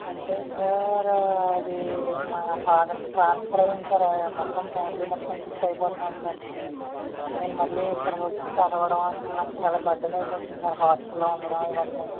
అంటే సార్ అది మా ఫాదర్కి ట్రాన్సఫర్ అయ్యింది కదా మొత్తం ఫ్యామిలీ మొత్తం షిఫ్ట్ అయిపోతున్నాం సార్ నేను మళ్ళీ ఇక్కడికి వచ్చి చదవడం ఇక్కడ నాకు చాలా బర్డెన్ అయిపోతుంది సార్ హాస్టల్లో ఉండటం ఇవన్నీ